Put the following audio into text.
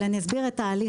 אבל אני אסביר את ההליך.